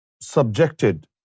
subjected